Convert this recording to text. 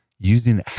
Using